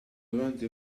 davanti